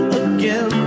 again